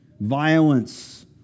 violence